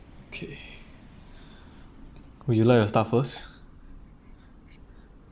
okay would you like to start first